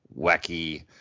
wacky